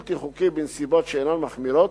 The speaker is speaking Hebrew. בלתי חוקי בנסיבות שאינן מחמירות,